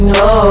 no